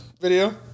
video